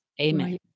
Amen